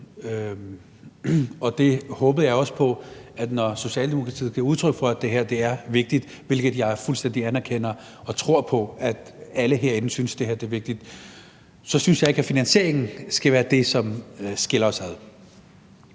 til det håbede jeg også på, at når Socialdemokratiet giver udtryk for, at det her er vigtigt – hvilket jeg fuldstændig anerkender og tror på at alle herinde synes – så skal finansieringen ikke være det, som skiller os ad.